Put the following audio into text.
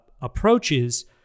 approaches